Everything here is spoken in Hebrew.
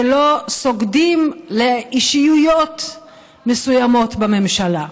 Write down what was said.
שלא סוגדים לאישיויות מסוימות בממשלה.